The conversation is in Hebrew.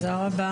הישיבה נעולה.